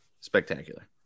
Spectacular